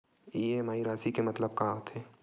EMI राशि के मतलब का होथे?